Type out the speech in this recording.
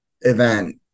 event